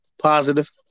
positive